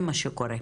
זה מה שקורה.